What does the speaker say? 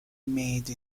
made